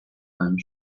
time